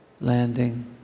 landing